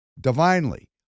divinely